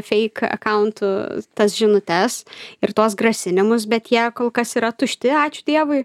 feik akauntu tas žinutes ir tuos grasinimus bet jie kol kas yra tušti ačiū dievui